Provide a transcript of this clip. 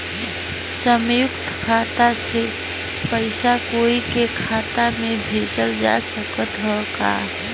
संयुक्त खाता से पयिसा कोई के खाता में भेजल जा सकत ह का?